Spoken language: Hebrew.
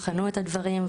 הם בחנו את הדברים.